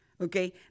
okay